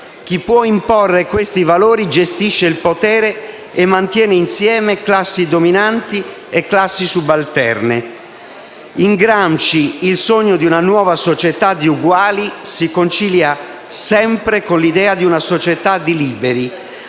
chi può imporre questi valori gestisce il potere e mantiene insieme classi dominanti e classi subalterne. In Gramsci il sogno di una nuova società di uguali si concilia sempre con l'idea di una società di liberi,